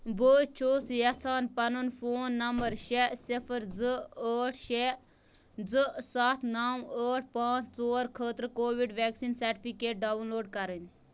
بہٕ چھُس یِژھان پَنُن فون نمبر شےٚ صِفر زٕ ٲٹھ شےٚ زٕ سَتھ نَو ٲٹھ پانٛژھ ژور خٲطرٕ covid vaccine certificate download کَرٕنۍ